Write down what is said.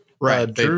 Right